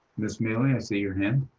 ms. miele, and i see your hand.